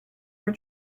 for